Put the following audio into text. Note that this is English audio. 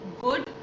good